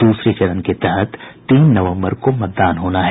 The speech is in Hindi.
दूसरे चरण के तहत तीन नवम्बर को मतदान होना है